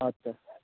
अच्छा